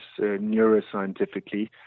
neuroscientifically